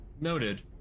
noted